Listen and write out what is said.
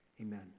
Amen